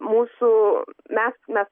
mūsų mes mes